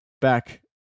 back